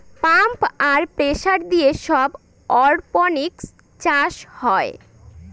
pump আর pressure দিয়ে সব অরপনিক্স চাষ হয়